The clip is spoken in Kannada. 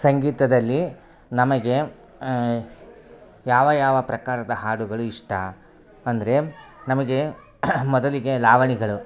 ಸಂಗೀತದಲ್ಲಿ ನಮಗೆ ಯಾವ ಯಾವ ಪ್ರಕಾರದ ಹಾಡುಗಳು ಇಷ್ಟ ಅಂದರೆ ನಮಗೆ ಮೊದಲಿಗೆ ಲಾವಣಿಗಳು